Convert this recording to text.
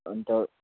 अन्त